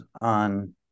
on